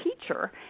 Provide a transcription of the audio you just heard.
teacher